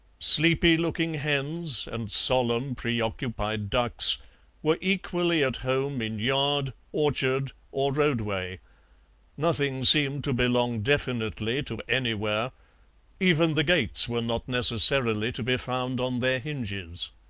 sleepy-looking hens and solemn preoccupied ducks were equally at home in yard, orchard, or roadway nothing seemed to belong definitely to anywhere even the gates were not necessarily to be found on their hinges.